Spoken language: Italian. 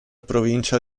provincia